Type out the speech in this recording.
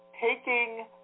taking